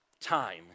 time